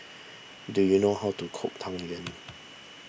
do you know how to cook Tang Yuen